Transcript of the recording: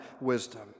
wisdom